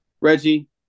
Reggie